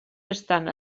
estan